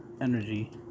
energy